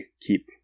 keep